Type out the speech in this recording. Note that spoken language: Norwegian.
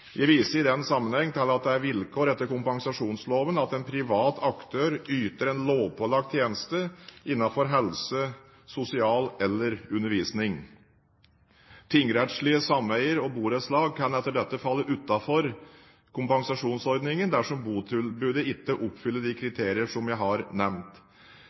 Jeg viser i den sammenheng til at det er et vilkår etter kompensasjonsloven at en privat aktør yter en lovpålagt tjeneste innenfor helse, sosial eller undervisning. Tingsrettslige sameier og borettslag kan etter dette falle utenfor kompensasjonsordningen dersom botilbudet ikke oppfyller de kriterier som jeg har nevnt.